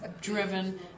driven